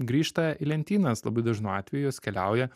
grįžta į lentynas labai dažnu atveju jos keliauja